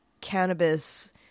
cannabis